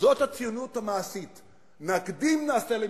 זאת הציונות המעשית, נקדים נעשה לנשמע.